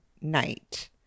Night